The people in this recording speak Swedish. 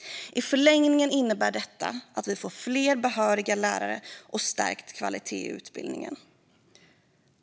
I förlängningen innebär detta att vi får fler behöriga lärare och stärkt kvalitet i utbildningen.